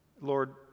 Lord